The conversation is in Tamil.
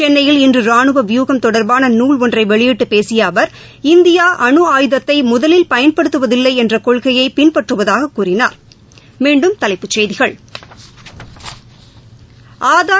சென்னையில் இன்று ராணுவ வியூகம் தொடர்பான நூல் ஒன்றை வெளியிட்டு பேசிய அவர் இந்தியா அணு ஆயுதத்தை முதலில் பயன்படுத்துவதில்லை என்ற கெள்கையை பின்பற்றுவதாகக் கூறினார்